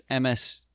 MS